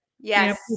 Yes